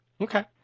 Okay